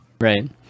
Right